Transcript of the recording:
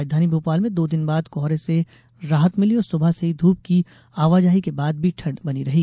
राजधानी भोपाल में दो दिन बाद कोहरे से राहत मिली और सुबह से ही धूप की आवाजाही के बाद भी ठंड बनी रही